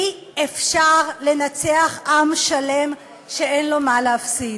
אי-אפשר לנצח עם שלם שאין לו מה להפסיד.